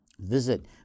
Visit